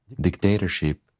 dictatorship